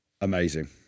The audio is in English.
amazing